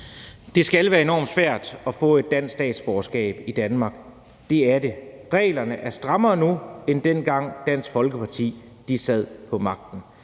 Det skal være enormt svært at få et dansk statsborgerskab i Danmark. Det er det. Reglerne er strammere nu, end dengang Dansk Folkeparti sad på magten.